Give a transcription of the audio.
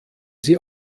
sie